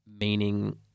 Meaning